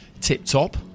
tip-top